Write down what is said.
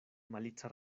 malica